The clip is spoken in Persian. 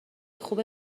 خوبه